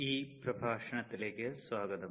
ഈ പ്രഭാഷണത്തിലേക്ക് സ്വാഗതം